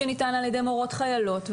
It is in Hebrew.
זה ניתן על ידי מורות חיילות,